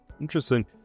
Interesting